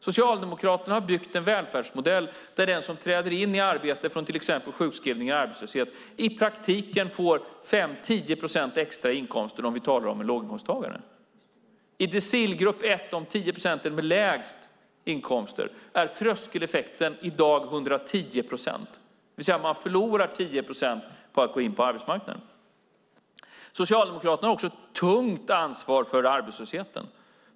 Socialdemokraterna har byggt en välfärdsmodell där den som träder in i arbete från till exempel sjukskrivning eller arbetslöshet i praktiken får 5-10 procent extra i inkomster, om vi talar om en låginkomsttagare. I decilgrupp 1, de 10 procenten med lägst inkomster, är tröskeleffekten i dag 110 procent, det vill säga att man förlorar 10 procent på att gå in på arbetsmarknaden. Socialdemokraterna har också ett tungt ansvar för arbetslösheten.